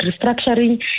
restructuring